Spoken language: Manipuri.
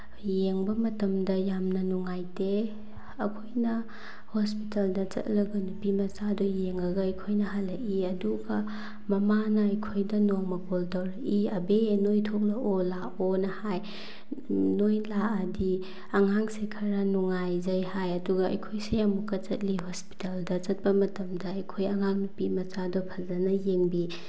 ꯌꯦꯡꯕ ꯃꯇꯝꯗ ꯌꯥꯝꯅ ꯅꯨꯡꯉꯥꯏꯇꯦ ꯑꯩꯈꯣꯏꯅ ꯍꯣꯁꯄꯤꯇꯥꯜꯗ ꯆꯠꯂꯒ ꯅꯨꯄꯤꯃꯆꯥꯗꯨ ꯌꯦꯡꯉꯒ ꯑꯩꯈꯣꯏꯅ ꯍꯜꯂꯛꯏ ꯑꯗꯨꯒ ꯃꯃꯥꯅ ꯑꯩꯈꯣꯏꯗ ꯅꯣꯡꯃ ꯀꯣꯜ ꯇꯧꯔꯛꯏ ꯑꯕꯦ ꯅꯣꯏ ꯊꯣꯛꯂꯛꯑꯣ ꯂꯥꯛꯑꯣꯅ ꯍꯥꯏ ꯅꯣꯏ ꯂꯥꯛꯑꯗꯤ ꯑꯉꯥꯡꯁꯦ ꯈꯔ ꯅꯨꯡꯉꯥꯏꯖꯩ ꯍꯥꯏ ꯑꯗꯨꯒ ꯑꯩꯈꯣꯏꯁꯦ ꯑꯃꯨꯛꯀ ꯆꯠꯂꯤ ꯍꯣꯁꯄꯤꯇꯥꯜꯗ ꯆꯠꯄ ꯃꯇꯝꯗ ꯑꯩꯈꯣꯏ ꯑꯉꯥꯡ ꯅꯨꯄꯤꯃꯆꯥꯗꯨ ꯐꯖꯅ ꯌꯦꯡꯕꯤ